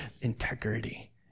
integrity